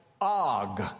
Og